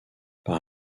par